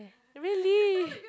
really